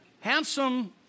handsome